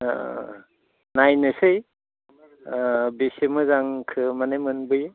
नायनोसै बेसे मोजांखौ माने मोनबोयो